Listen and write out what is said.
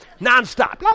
nonstop